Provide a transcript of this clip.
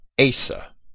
Asa